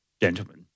gentlemen